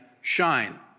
shine